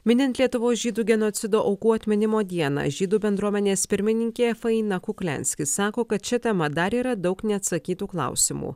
minint lietuvos žydų genocido aukų atminimo dieną žydų bendruomenės pirmininkė faina kukliansky sako kad šia tema dar yra daug neatsakytų klausimų